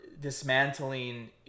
dismantling